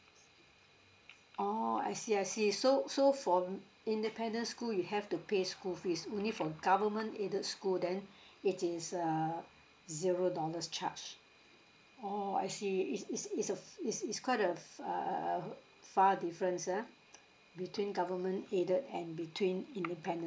oh I see I see so so for independent school you have to pay school fees only for government aided school then it is uh zero dollars charged oh I see it's it's it's a it's it's quite a err far difference ah between government aided and between independent